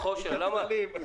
אשמח לענות על כל שאלה.